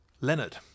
Leonard